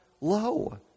low